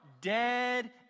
dead